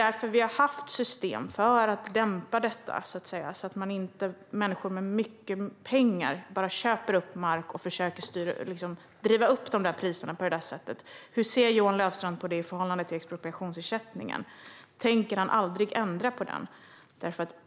Därför har vi haft system för att dämpa detta, så att inte människor med mycket pengar bara ska köpa upp mark och försöka driva upp priserna. Hur ser Johan Löfstrand på detta i förhållande till expropriationsersättningen? Tänker han aldrig ändra på den?